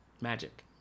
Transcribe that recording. Magic